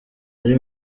ari